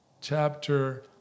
chapter